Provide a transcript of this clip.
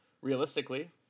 realistically